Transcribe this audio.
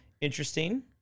interesting